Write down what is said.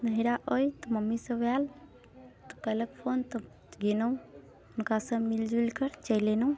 नैहरा अछि तऽ मम्मी सभ आएल तऽ कयलक फोन तऽ गेलहुँ हुनकासँ मिल जुलकर चलि एलहुँ